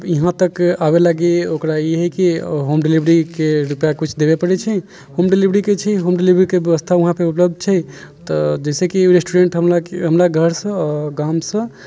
इहाँ तक आबे लागी ओकरा ई हइ कि होम डीलवरीके रूपैआ किछु देबे पड़ैत छै होम डिलीवरीके छै होम डिलीवरीके व्यवस्था वहाँ पे उपलब्ध छै तऽ जैसेकि रेस्टुरेन्ट हमरा घर से गामसँ